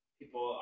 people